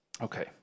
okay